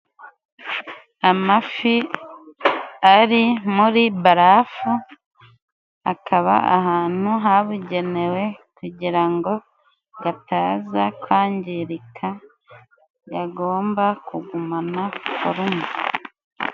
Amafi ari muri barafu akaba ahantu habugenewe kugira ngo gataza kwangirika gagomba kugumana.